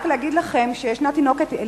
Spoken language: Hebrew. רק אגיד לכם שיש תינוקת,